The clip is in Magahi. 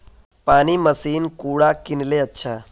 पानी मशीन कुंडा किनले अच्छा?